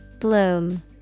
Bloom